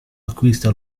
acquista